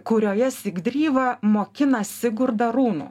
kurioje sigdryva mokinasi gurda runų